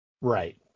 right